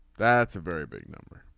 that's a very big number.